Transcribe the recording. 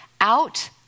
out